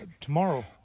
tomorrow